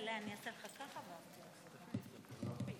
אדוני